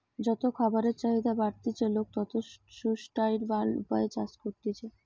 যত খাবারের চাহিদা বাড়তিছে, লোক তত সুস্টাইনাবল উপায়ে চাষ করতিছে